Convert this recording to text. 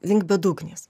link bedugnės